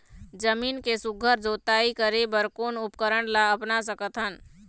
जमीन के सुघ्घर जोताई करे बर कोन उपकरण ला अपना सकथन?